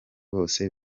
bose